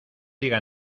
diga